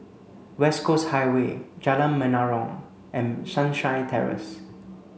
West Coast Highway Jalan Menarong and Sunshine Terrace